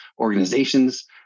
organizations